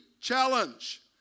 challenge